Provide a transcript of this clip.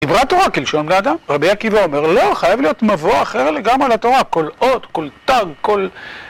עברת תורה כלשון לאדם, רבי עקיבא אומר, לא חייב להיות מבוא אחר לגמרי לתורה, כל עוד, כל תג, כל...